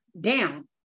down